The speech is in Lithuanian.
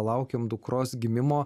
laukėme dukros gimimo